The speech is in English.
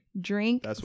Drink